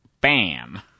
Bam